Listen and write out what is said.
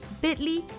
bit.ly